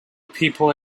people